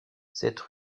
cette